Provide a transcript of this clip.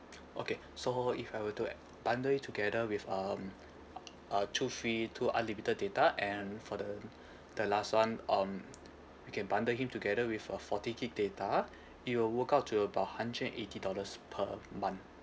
okay so if I were to bundle it together with um uh two free two unlimited data and for the the last one um we can bundle it together with a forty gigabytes data it will work out to about hundred and eighty dollars per month